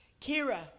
Kira